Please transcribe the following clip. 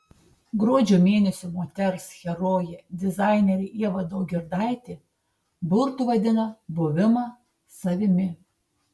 gruodžio mėnesio moters herojė dizainerė ieva daugirdaitė burtu vadina buvimą savimi